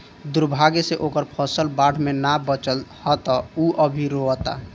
दुर्भाग्य से ओकर फसल बाढ़ में ना बाचल ह त उ अभी रोओता